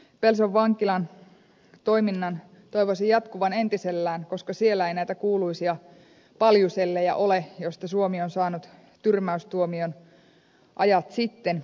pelson vankilan toiminnan toivoisi jatkuvan entisellään koska siellä ei näitä kuuluisia paljusellejä ole joista suomi on saanut tyrmäystuomion ajat sitten